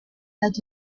that